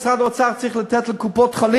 משרד האוצר צריך לתת לקופות-החולים.